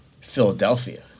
Philadelphia